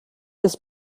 des